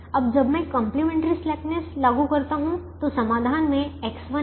अब जब मैं कंप्लीमेंट्री स्लैकनेस लागू करता हूं तो समाधान में X1 है